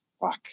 fuck